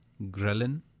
ghrelin